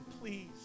please